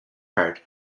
part